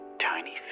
tiny